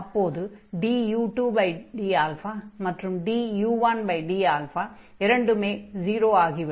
அப்போது du2dα மற்றும் du1 dα இரண்டுமே 0 ஆகிவிடும்